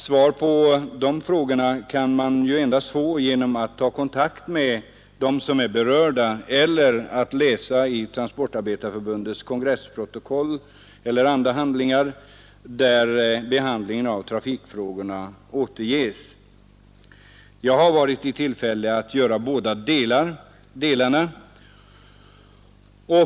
Svar på de frågorna kan man endast få genom att ta kontakt med de berörda eller läsa i Transportarbetareförbundets kongressprotokoll eller andra handlingar, där behandlingen av trafikfrågorna återges. Jag har varit i tillfälle att göra bådadera.